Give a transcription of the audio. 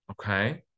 Okay